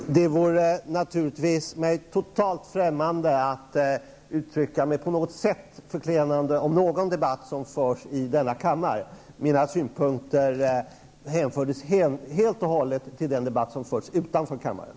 Herr talman! Det vore mig naturligtvis totalt främmande att uttrycka mig på något sätt förklenande om någon debatt som förs i denna kammare. Mina synpunkter hänförde sig helt och hållet till den debatt som förts utanför kammaren.